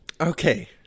Okay